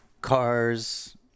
Cars